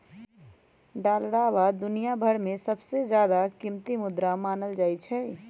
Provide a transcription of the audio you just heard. डालरवा दुनिया भर में सबसे ज्यादा कीमती मुद्रा मानल जाहई